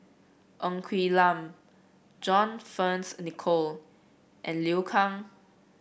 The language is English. Ng Quee Lam John Fearns Nicoll and Liu Kang